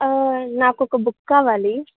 నాకొక బుక్ కావాలి